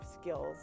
skills